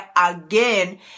again